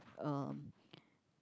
um